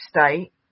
state